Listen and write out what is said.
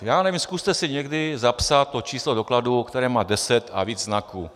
Já nevím, zkuste si někdy zapsat číslo dokladu, které má deset a víc znaků.